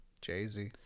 jay-z